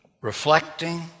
reflecting